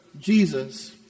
Jesus